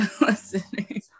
listening